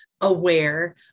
aware